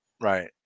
right